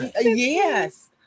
yes